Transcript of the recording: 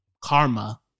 karma